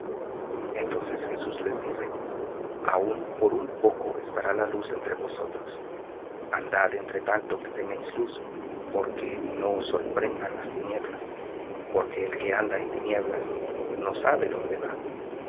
entonces jesús les dice aun por un poco estará la luz entre vosotros andad entre tanto que tenéis luz porque no os sorprendan las tinieblas porque el que anda en tinieblas no sabe dónde va